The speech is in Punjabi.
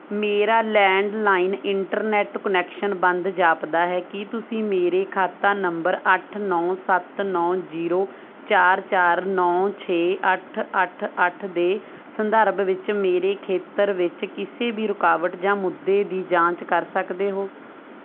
ਮੇਰਾ ਲੈਂਡਲਾਈਨ ਇੰਟਰਨੈੱਟ ਕੁਨੈਕਸ਼ਨ ਬੰਦ ਜਾਪਦਾ ਹੈ ਕੀ ਤੁਸੀਂ ਮੇਰੇ ਖਾਤਾ ਨੰਬਰ ਅੱਠ ਨੌ ਸੱਤ ਨੌ ਜ਼ੀਰੋ ਚਾਰ ਚਾਰ ਨੌ ਛੇ ਅੱਠ ਅੱਠ ਅੱਠ ਦੇ ਸੰਦਰਭ ਵਿੱਚ ਮੇਰੇ ਖੇਤਰ ਵਿੱਚ ਕਿਸੇ ਵੀ ਰੁਕਾਵਟ ਜਾਂ ਮੁੱਦੇ ਦੀ ਜਾਂਚ ਕਰ ਸਕਦੇ ਹੋ